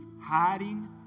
hiding